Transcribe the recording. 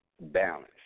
balance